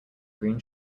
green